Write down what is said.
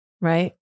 Right